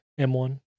M1